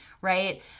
right